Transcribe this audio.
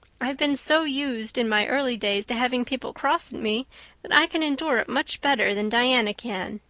i've been so used in my early days to having people cross at me that i can endure it much better than diana can.